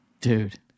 Dude